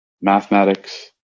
mathematics